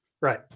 Right